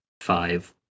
five